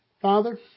Father